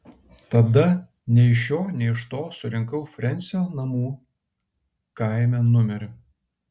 tada nei iš šio nei iš to surinkau frensio namų kaime numerį